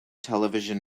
television